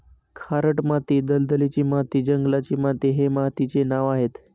खारट माती, दलदलीची माती, जंगलाची माती हे मातीचे नावं आहेत